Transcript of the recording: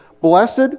Blessed